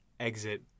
Exit